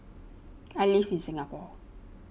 I live in Singapore